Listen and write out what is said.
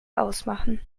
ausmachen